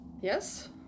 Yes